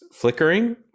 flickering